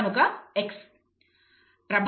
కనుక X